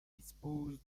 dispose